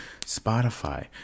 Spotify